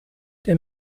der